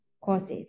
courses